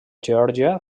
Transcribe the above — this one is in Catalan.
geòrgia